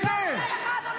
לא ניתן לך.